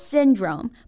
Syndrome